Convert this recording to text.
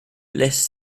lässt